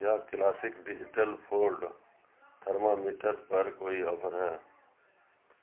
کیا classic digital forehead thermometer پر کوئی آفر ہے